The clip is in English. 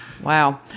Wow